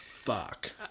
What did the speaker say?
fuck